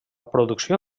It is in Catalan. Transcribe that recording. producció